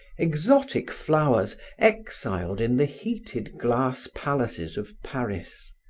exotic flowers exiled in the heated glass palaces of paris,